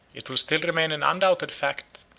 it will still remain an undoubted fact,